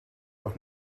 doch